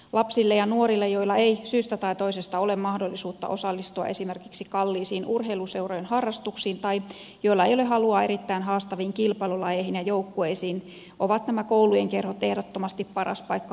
lapsille ja nuorille joilla ei syystä tai toisesta ole mahdollisuutta osallistua esimerkiksi kalliisiin urheiluseurojen harrastuksiin tai joilla ei ole halua erittäin haastaviin kilpailulajeihin ja joukkueisiin ovat nämä koulujen kerhot ehdottomasti paras paikka harrastuksille